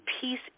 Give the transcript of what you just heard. peace